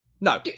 no